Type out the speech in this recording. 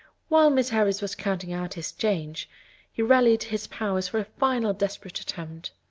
while miss harris was counting out his change he rallied his powers for a final desperate attempt.